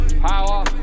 power